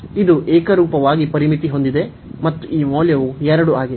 ಇದು ಏಕರೂಪವಾಗಿ ಪರಿಮಿತಿ ಹೊಂದಿದೆ ಮತ್ತು ಈ ಮೌಲ್ಯವು 2 ಆಗಿದೆ